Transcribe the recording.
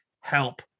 help